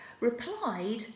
replied